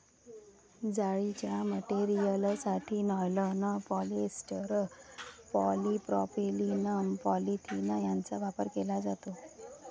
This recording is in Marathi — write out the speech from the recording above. जाळीच्या मटेरियलसाठी नायलॉन, पॉलिएस्टर, पॉलिप्रॉपिलीन, पॉलिथिलीन यांचा वापर केला जातो